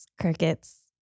crickets